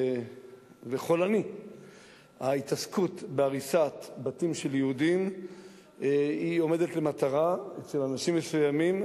וחולני ההתעסקות בהריסת בתים של יהודים עומדת למטרה אצל אנשים מסוימים,